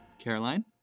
Caroline